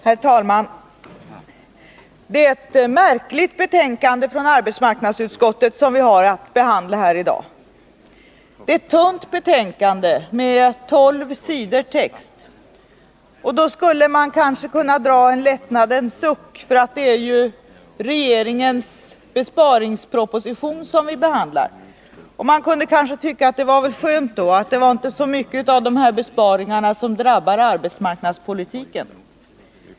Herr talman! Det är ett märkligt betänkande från arbetsmarknadsutskottet som vi har att behandla här i dag. Det är ett tunt betänkande med bara tolv sidor text. Man skulle kanske kunna dra en lättnadens suck — det är ju regeringens besparingsproposition som vi behandlar, och man kunde kanske tycka att det var skönt att det inte var så mycket av besparingarna som drabbade arbetsmarknadspolitiken.